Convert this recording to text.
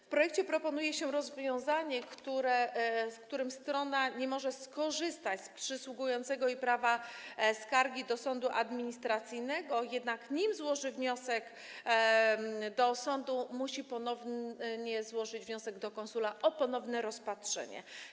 W projekcie proponuje się rozwiązanie, zgodnie z którym strona nie może skorzystać z przysługującego jej prawa skargi do sądu administracyjnego, jednak nim złoży wniosek do sądu, musi złożyć wniosek do konsula o ponowne rozpatrzenie.